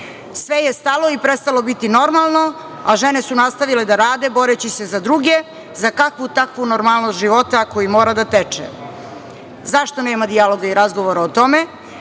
Sve je stalo i prestalo biti normalno, a žene su nastavile da rade, boreći se za druge, za kakvu takvu normalnost života, koji mora da teče.Zašto nema dijaloga i razgovora o tome?